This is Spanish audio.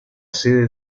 sede